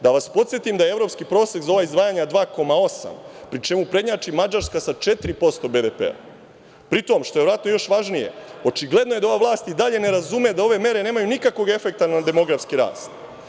Da vas podsetim da je evropski prosek za ova izdvajanja 2,8, pri čemu prednjači Mađarska sa 4% BDP-a, pri tom, što je verovatno još važnije, očigledno je da ova vlast i dalje ne razume da ove mere nemaju nikakvog efekta na demografski rast.